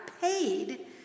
paid